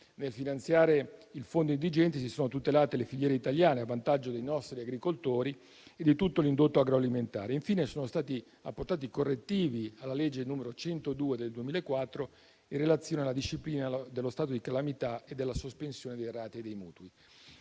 nel finanziare il fondo indigenti, si sono tutelate le filiere italiane a vantaggio dei nostri agricoltori e di tutto l'indotto agroalimentare. Infine, sono stati apportato correttivi alla legge n. 102 del 2004 in relazione alla disciplina dello stato di calamità e della sospensione delle rate dei mutui.